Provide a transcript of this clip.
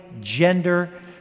gender